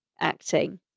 acting